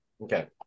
Okay